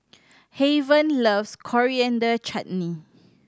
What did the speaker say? Haven loves Coriander Chutney